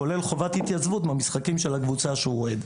והיא כוללת חובת התייצבות מהמשחקים של הקבוצה שהוא אוהד.